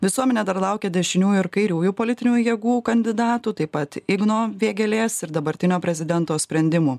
visuomenė dar laukia dešiniųjų ir kairiųjų politinių jėgų kandidatų taip pat igno vėgėlės ir dabartinio prezidento sprendimų